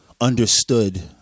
understood